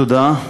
תודה.